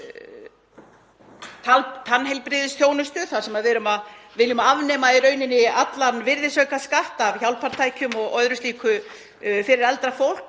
tannheilbrigðisþjónustu þar sem við viljum afnema allan virðisaukaskatt af hjálpartækjum og öðru slíku fyrir eldra fólk.